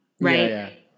right